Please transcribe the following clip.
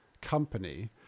company